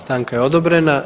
Stanka je odobrena.